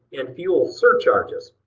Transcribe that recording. and fuel surcharges.